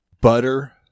Butter